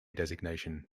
designation